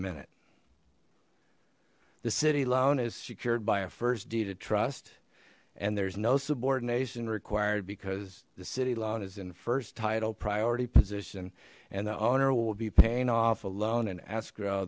minute the city loan is secured by a first deed of trust and there's no subordination required because the city loan is in first title priority position and the owner will be paying off a loan in escrow